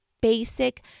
basic